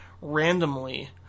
randomly